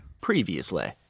Previously